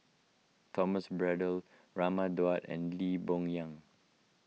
Thomas Braddell Raman Daud and Lee Boon Yang